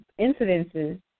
incidences